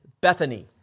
Bethany